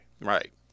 Right